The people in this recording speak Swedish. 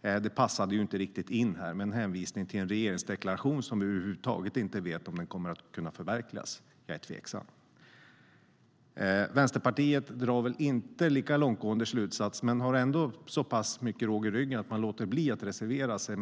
Det passade ju inte riktigt in här, med en hänvisning till en regeringsdeklaration vi över huvud taget inte vet om den kommer att kunna förverkligas. Jag är tveksam. Vänsterpartiet drar väl inte lika långtgående slutsatser men har ändå så pass mycket råg i ryggen att man låter bli att reservera sig.